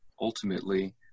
ultimately